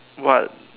what